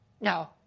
No